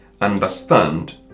understand